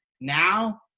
now